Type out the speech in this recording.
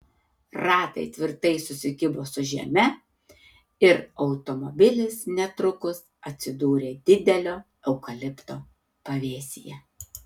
ratai tvirtai sukibo su žeme ir automobilis netrukus atsidūrė didelio eukalipto pavėsyje